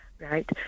Right